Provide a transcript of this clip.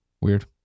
Weird